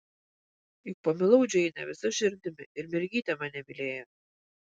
juk pamilau džeinę visa širdimi ir mergytė mane mylėjo